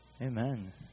Amen